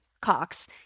Cox